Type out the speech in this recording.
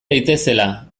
daitezela